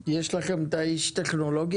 הבקרה,